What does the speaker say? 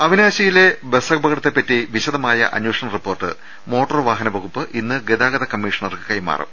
അവിനാശിയിലെ ബസ്സപകടത്തെ പറ്റി വിശദമായ അന്വേഷണ റിപ്പോർട്ട് മോട്ടോർ വാഹന വകുപ്പ് ഇന്ന് ഗതാഗത കമ്മീഷണർക്ക് കൈമാ റും